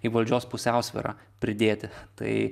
į valdžios pusiausvyrą pridėti tai